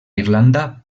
irlanda